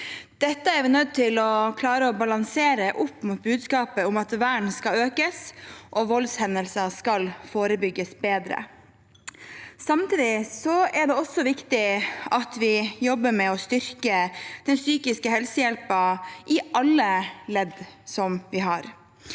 Dette er vi nødt til å klare å balansere opp mot budskapet om at vernet skal økes og voldshendelser skal forebygges bedre. Samtidig er det også viktig at vi jobber med å styrke den psykiske helsehjelpen i alle ledd. Vi er